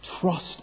trust